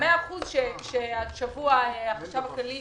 שהחשב הכללי